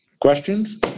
Questions